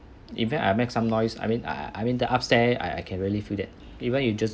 even I make some noise I mean I I mean the upstairs I can really feel that even you just